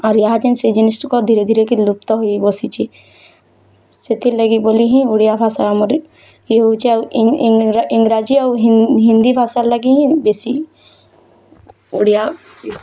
ଆର୍ ଇହାଯେନ୍ ସେ ଜିନିଷ୍ ତକ ଧୀରେଧୀରେ କରି ଲୁପ୍ତ ହେଇ ବସିଚି ସେଥିର୍ଲାଗି ବୋଲିହିଁ ଓଡ଼ିଆ ଭାଷା ଆମର୍ଇଏ ହଉଚେ ଆଉ ଇଂରାଜୀ ହିନ୍ଦୀ ଭାଷାର୍ ଲାଗି ହିଁ ବେଶୀ ଓଡ଼ିଆ